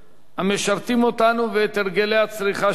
המשרתים אותנו ואת הרגלי הצריכה שלנו,